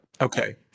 Okay